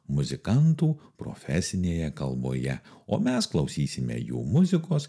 muzikantų profesinėje kalboje o mes klausysime jų muzikos